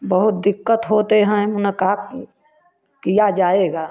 बहुत दिक्कत होते हैं ना कहा किया जाएगा